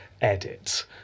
edit